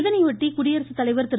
இதையொட்டி குடியரசுத்தலைவர் திரு